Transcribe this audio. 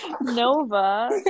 nova